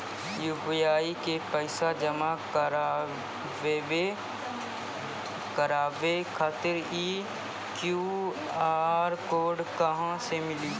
UPI मे पैसा जमा कारवावे खातिर ई क्यू.आर कोड कहां से मिली?